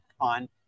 on